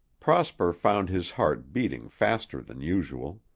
prosper found his heart beating faster than usual.